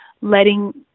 letting